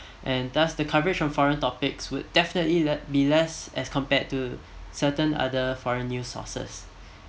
and thus the coverage on foreign topics would definitely le~ be less as compared to certain other foreign news sources